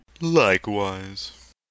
Likewise